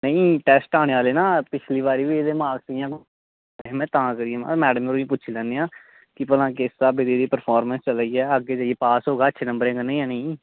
नेईं टेस्ट आने आह्ले ना पिच्छली बारी बी एह्दे मार्क्स इंया में हा तां करियै मैडम होरें गी पुच्छी लैने आं की भला किस स्हाबै दी एह्दी परफॉर्मेंस चला दी ऐ पास होगा अच्छे नंबर कन्नै जां नेईं